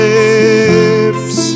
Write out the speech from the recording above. lips